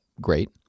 great